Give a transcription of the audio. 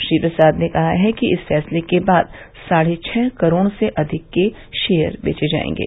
श्री प्रसाद ने कहा कि इस फैसले के बाद साढ़े छह करोड़ से अधिक के शेयर बेचे जाएंगे